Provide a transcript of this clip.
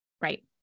right